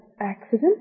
accident